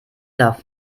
darf